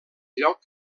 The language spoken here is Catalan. lloc